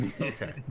Okay